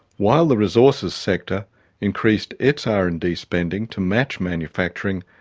while the resources sector increased its r and d spending to match manufacturing,